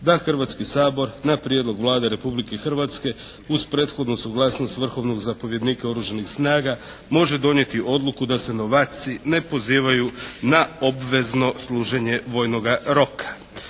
da Hrvatski sabor na prijedlog Vlade Republike Hrvatske uz prethodnu suglasnost vrhovnog zapovjednika oružanih snaga može donijeti odluku da se novaci ne pozivaju na obvezno služenje vojnoga roka.